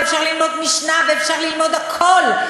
ואפשר ללמוד משנה ואפשר ללמוד הכול,